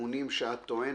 בטיעונים שאת טוענת.